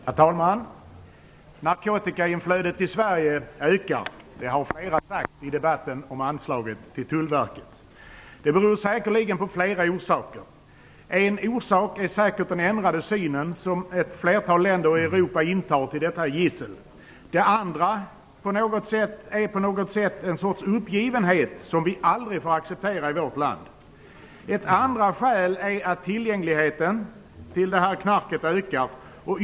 Herr talman! Flödet av narkotika till Sverige ökar. Det har flera sagt i denna debatt om anslaget till Tullverket. Det beror säkerligen på flera saker. En orsak är den ändrade syn som ett flertal länder i Europa har på detta gissel. En annan orsak är en sorts uppgivenhet som vi aldrig får acceptera i vårt land. Dessutom har tillgängligheten ökat.